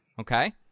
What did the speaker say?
Okay